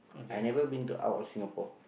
I never been to out of Singapore